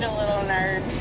little nerd.